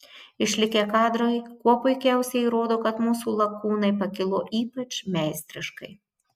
išlikę kadrai kuo puikiausiai įrodo kad mūsų lakūnai pakilo ypač meistriškai